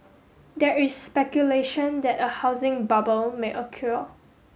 there is speculation that a housing bubble may occur